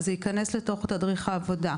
זה ייכנס לתוך תדריך העבודה.